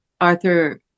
Arthur